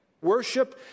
Worship